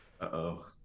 uh-oh